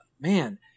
man